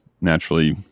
naturally